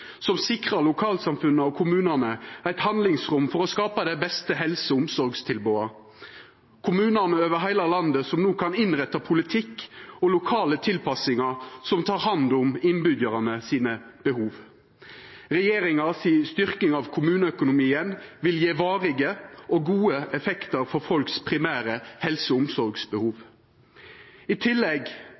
som sikrar lokalsamfunna og kommunane eit handlingsrom for å skapa dei beste helse- og omsorgstilboda. Kommunar over heile landet kan no innretta politikk og lokale tilpassingar som tek hand om behova til innbyggjarane. Regjeringa si styrking av kommuneøkonomien vil gje varige og gode effektar for det primære helse- og omsorgsbehovet til folk. I tillegg